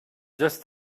just